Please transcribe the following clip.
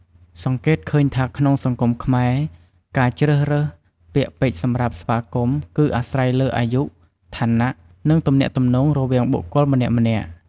សង្កេតឃើញថាក្នុងសង្គមខ្មែរ ការជ្រើសរើសពាក្យពេចន៍សម្រាប់ស្វាគមន៍ គឺអាស្រ័យលើអាយុ ឋានៈ និងទំនាក់ទំនងរវាងបុគ្គលម្នាក់ៗ។